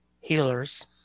healers